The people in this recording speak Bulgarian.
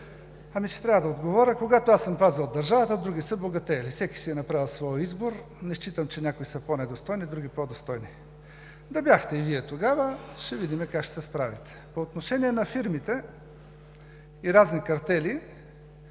Ще трябва да отговоря. Когато аз съм пазел държавата, други са богатеели. Всеки си е направил своя избор. Не считам, че някои са по-недостойни, други по-достойни. Да бяхте и Вие тогава, ще видим как ще се справите. По отношение на фирмите и разни картели,